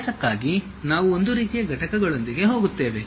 ಅಭ್ಯಾಸಕ್ಕಾಗಿ ನಾವು ಒಂದು ರೀತಿಯ ಘಟಕಗಳೊಂದಿಗೆ ಹೋಗುತ್ತೇವೆ